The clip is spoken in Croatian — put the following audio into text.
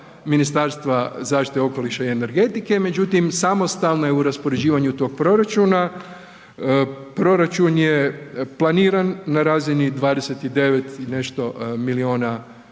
Ministarstva zaštite okoliša i energetike, međutim samostalna je u raspoređivanju tog proračuna. Proračun je planiran na razini 29 i nešto miliona kuna,